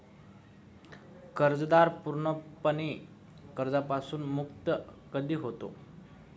कर्जदार पूर्णपणे कर्जापासून मुक्त कधी होतो?